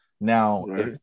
Now